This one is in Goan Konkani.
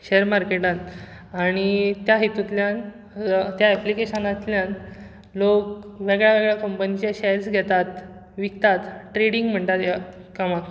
शॅर मार्केटान आनी त्या हेतूंतल्यान त्या एप्लिकेशनांतल्यान लोक वेगळ्या वेगळ्या कंपनीचे शेयर्स घेतात विकतात ट्रेडींग म्हणटात ह्या कामाक